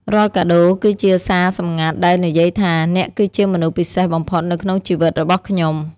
រាល់កាដូគឺជាសារសម្ងាត់ដែលនិយាយថា «អ្នកគឺជាមនុស្សពិសេសបំផុតនៅក្នុងជីវិតរបស់ខ្ញុំ»។